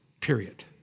period